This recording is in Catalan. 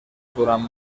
durant